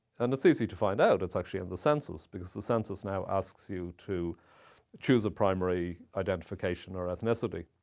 and it's easy to find out. it's actually in the census, because the census now asks you to choose a primary identification or ethnicity.